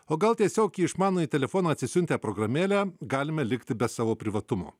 o gal tiesiog į išmanųjį telefoną atsisiuntę programėlę galime likti be savo privatumo